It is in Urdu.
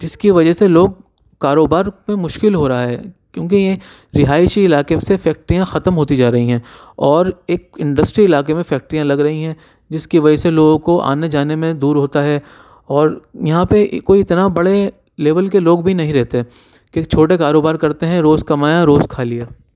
جس کی وجہ سے لوگ کاروبار پہ مشکل ہو رہا ہے کیونکہ یہ رہائشی علاقے سے فیکٹریاں ختم ہوتی جا رہی ہیں اور ایک انڈسٹری علاقے میں فیکٹریاں لگ رہی ہیں جس کی وجہ سے لوگوں کو آنے جانے میں دور ہوتا ہے اور یہاں پہ کوئی اتنا بڑے لیول کے لوگ بھی نہیں رہتے کہ چھوٹے کاروبار کرتے ہیں روز کمایا روز کھا لیا